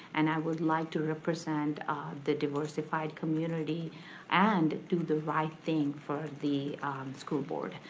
and i would like to represent the diversified community and do the right thing for the school board.